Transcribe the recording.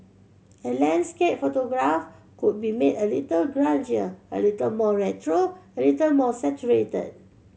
a landscape photograph could be made a little grungier a little more retro a little more saturated